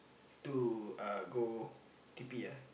to uh go T_P ah